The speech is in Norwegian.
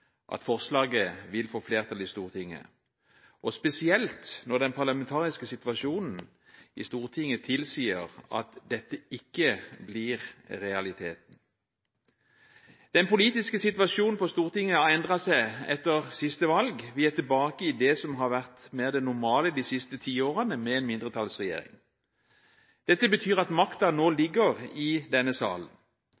at forslaget vil få flertall i Stortinget, spesielt når den parlamentariske situasjonen i Stortinget tilsier at dette ikke blir realiteten. Den politiske situasjonen på Stortinget har endret seg etter siste valg. Vi er tilbake til det som har vært det mer normale de siste tiårene: en mindretallsregjering. Dette betyr at makten nå